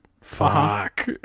Fuck